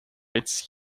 its